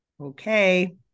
Okay